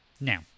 Now